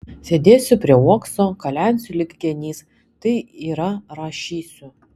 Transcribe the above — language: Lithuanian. sėdėsiu prie uokso kalensiu lyg genys tai yra rašysiu